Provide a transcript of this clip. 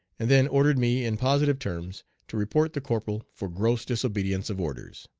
and then ordered me in positive terms to report the corporal for gross disobedience of orders.